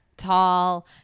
Tall